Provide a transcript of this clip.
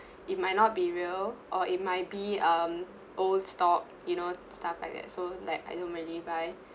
it might not be real or it might be um old stock you know stuff like that so like I don't really buy